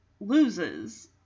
loses